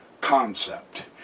concept